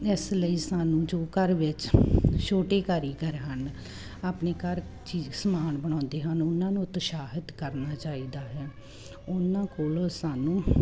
ਇਸ ਲਈ ਸਾਨੂੰ ਜੋ ਘਰ ਵਿੱਚ ਛੋਟੇ ਕਾਰੀਗਰ ਹਨ ਆਪਣੇ ਘਰ ਚੀ ਸਮਾਨ ਬਣਾਉਂਦੇ ਹਨ ਉਹਨਾਂ ਨੂੰ ਉਤਸ਼ਾਹਿਤ ਕਰਨਾ ਚਾਹੀਦਾ ਹੈ ਉਹਨਾਂ ਕੋਲੋਂ ਸਾਨੂੰ